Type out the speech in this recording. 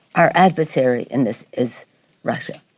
our adversary in this is russia.